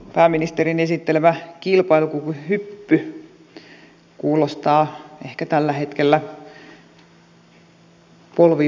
pääministerin esittelemä kilpailukykyhyppy kuulostaa ehkä tällä hetkellä polvivikaiselta